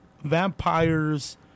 vampires